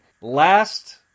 last